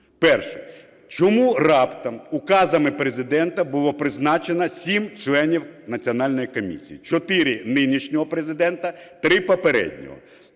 Перше. Чому раптом указами Президента було призначено 7 членів Національної комісії: 4 – нинішнього Президента, 3 – попереднього.